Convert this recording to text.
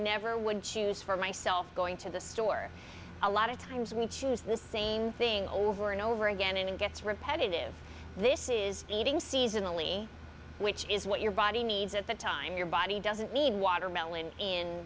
never would choose for myself going to the store a lot of times we choose the same thing over and over again and it gets repetitive this is eating seasonally which is what your body needs at the time your body doesn't need watermelon in